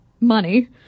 money